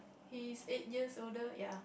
he's eight years older ya